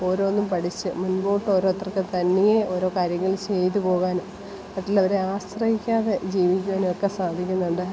ഓരോന്നും പഠിച്ചു മുൻപോട്ട് ഓരോത്തർക്ക് തനിയെ ഓരോ കാര്യങ്ങൾ ചെയ്തു പോകാനും മറ്റുള്ളവരെ ആശ്രയിക്കാതെ ജീവിക്കാനും ഒക്കെ സാധിക്കുന്നുണ്ട്